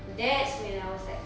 that's man I was like